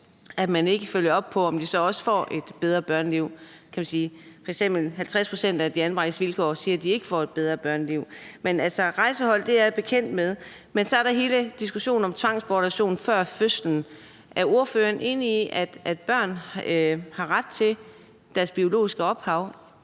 at man ikke følger op på, om de så også får et bedre børneliv, kan vi sige. F.eks. siger De Anbragtes Vilkår, at 50 pct. ikke får et bedre børneliv. Rejseholdet er jeg bekendt med. Men så er der hele diskussionen om tvangsbortadoption før fødslen. Er ordføreren enig i, at børn har ret til at kende deres biologiske ophav?